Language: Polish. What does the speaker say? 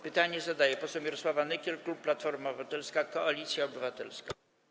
Pytanie zadaje poseł Mirosława Nykiel, klub Platforma Obywatelska - Koalicja Obywatelska.